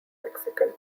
mexican